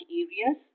areas